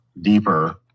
deeper